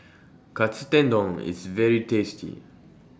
Katsu Tendon IS very tasty